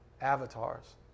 avatars